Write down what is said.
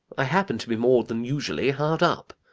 i happen to be more than usually hard up.